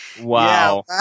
wow